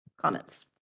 comments